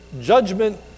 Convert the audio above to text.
judgment